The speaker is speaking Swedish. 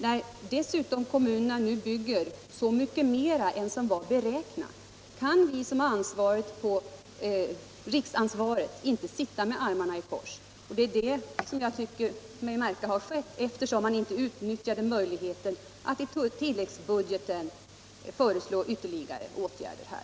När dessutom kommunerna nu bygger så mycket mera än som var beräknat, kan de som har riksansvaret inte sitta med armarna i kors. Det är detta jag tycker mig märka har skett, eftersom den borgerliga regeringen inte utnyttjade möjligheten att i tilläggsbudget föreslå ytterligare åtgärder.